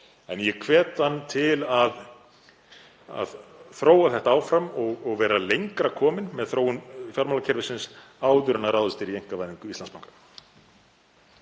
en ég hvet hann til að þróa þetta áfram og vera lengra kominn með þróun fjármálakerfisins áður en ráðist verður í einkavæðingu Íslandsbanka.